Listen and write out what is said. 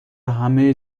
همه